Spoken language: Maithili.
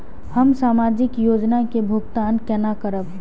हम सामाजिक योजना के भुगतान केना करब?